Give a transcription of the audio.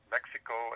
Mexico